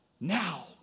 now